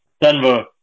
Denver